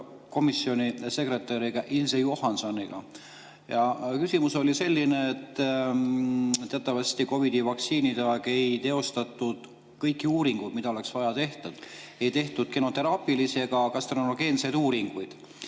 komisjoni sekretäriga, Ilze Juhansonega. Küsimus oli selline, et teatavasti COVID-i vaktsiinid aeg ei teostatud kõiki uuringuid, mida oleks vaja teha, ei tehtud kemoteraapilisi ega [kantserogeenseid] uuringuid.